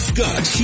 Scott